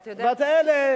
אתה יודע,